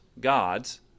gods